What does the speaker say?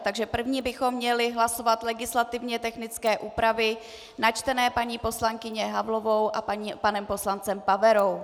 Takže první bychom měli hlasovat legislativně technické úpravy načtené paní poslankyní Havlovou a panem poslancem Paverou.